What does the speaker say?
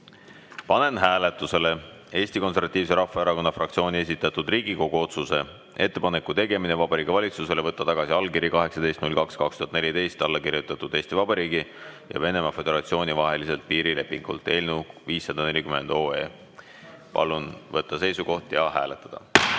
panen hääletusele Eesti Konservatiivse Rahvaerakonna fraktsiooni esitatud Riigikogu otsuse "Ettepaneku tegemine Vabariigi Valitsusele võtta tagasi allkiri 18.02. 2014. a. alla kirjutatud Eesti Vabariigi ja Venemaa Föderatsiooni vaheliselt piirilepingult" eelnõu 540. Palun võtta seisukoht ja hääletada!